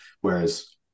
Whereas